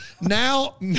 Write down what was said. now